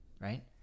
right